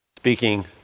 Speaking